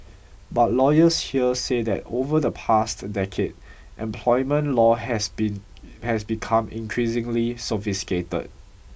but lawyers here say that over the past decade employment law has become increasingly sophisticated